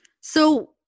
So-